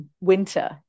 winter